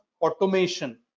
automation